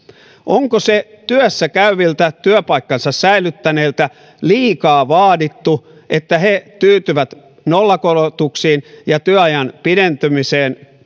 onko se työssä käyviltä työpaikkansa säilyttäneiltä liikaa vaadittu että he tyytyvät nollakorotuksiin ja työajan pidentymiseen